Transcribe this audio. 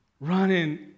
running